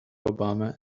obama